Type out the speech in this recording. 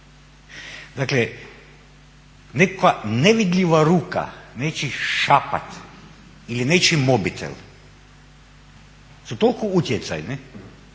Dakle, nekakva nevidljiva ruka, nečiji šapat ili nečiji mobitel su toliko utjecajne